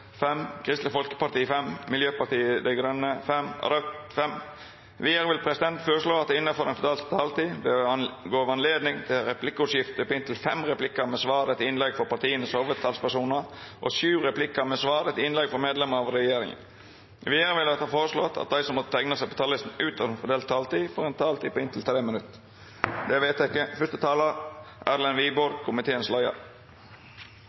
fem replikkar med svar etter innlegg frå hovudtalspersonane til partia og sju replikkar med svar etter innlegg frå medlemer av regjeringa. Vidare vert det føreslått at dei som måtte teikna seg på talarlista utover den fordelte taletida, får ei taletid på inntil 3 minutt. – Det er vedteke.